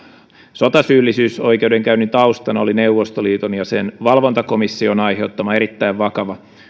sotasyyllisyysoikeudenkäynnin taustana oli neuvostoliiton ja sen valvontakomission aiheuttama erittäin vakava